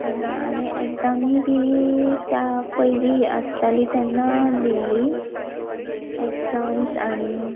तेन्ना आनी एग्जामी बी त्या पयलीं आसताली तेन्ना दिल्ली एग्जाम्स आनी